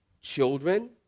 children